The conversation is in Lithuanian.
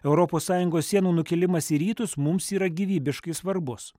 europos sąjungos sienų nukėlimas į rytus mums yra gyvybiškai svarbus